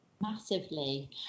massively